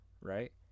right